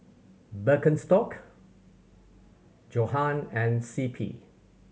Birkenstock Johan and C P